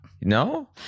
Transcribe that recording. No